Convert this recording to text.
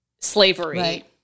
slavery